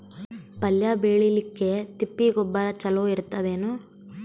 ಪಲ್ಯ ಬೇಳಿಲಿಕ್ಕೆ ತಿಪ್ಪಿ ಗೊಬ್ಬರ ಚಲೋ ಇರತದೇನು?